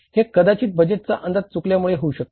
हे कदाचित बजेटचा अंदाज चुकल्यामुळे होऊ शकते